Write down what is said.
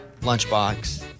Lunchbox